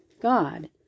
God